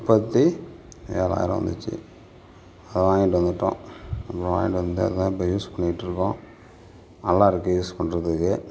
முப்பத்தி ஏழாயிரம் வந்துச்சு அதை வாங்கிட்டு வந்துட்டோம் அப்புறம் வாங்கிட்டு வந்து அதுதான் இப்போ யூஸ் பண்ணிட்டுருக்கோம் நல்லாயிருக்கு யூஸ் பண்றதுக்கு